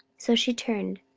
so she turned,